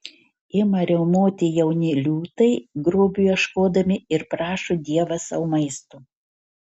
ima riaumoti jauni liūtai grobio ieškodami ir prašo dievą sau maisto